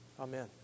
Amen